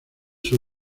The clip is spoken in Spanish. sus